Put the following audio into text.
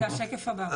זה השקף הבא.